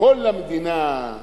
כל המדינה,